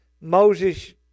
Moses